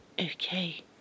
Okay